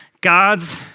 God's